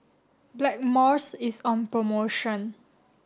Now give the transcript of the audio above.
Blackmores is on promotion